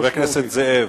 חבר הכנסת זאב.